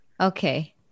Okay